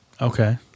Okay